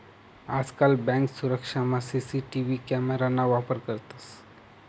आजकाल बँक सुरक्षामा CCTV camera ना वापर करतंस